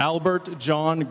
albert john